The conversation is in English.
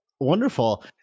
Wonderful